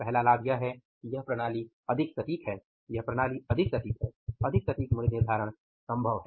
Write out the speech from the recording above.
पहला लाभ यह है कि यह प्रणाली अधिक सटीक है यह प्रणाली अधिक सटीक है अधिक सटीक मूल्य निर्धारण संभव है